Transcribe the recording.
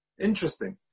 Interesting